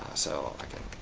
so i can